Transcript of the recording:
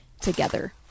together